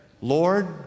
Lord